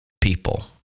people